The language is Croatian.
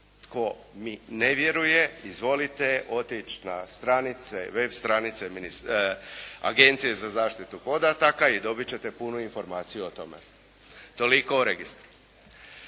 Tko mi ne vjeruje, izvolite otići na web stranice Agencije za zaštitu podataka i dobiti ćete punu informaciju o tome. Toliko o registru.